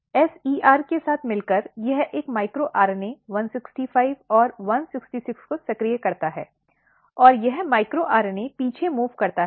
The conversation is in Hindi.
SER के साथ मिलकर यह एक माइक्रो आरएनए 165 और 166 को सक्रिय करता है और यह माइक्रो आरएनए पीछे मूव़ करता है